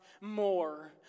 more